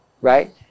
right